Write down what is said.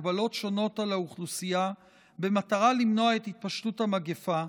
הגבלות שונות על האוכלוסייה במטרה למנוע את התפשטות המגפה,